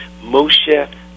Moshe